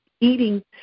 eating